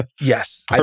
Yes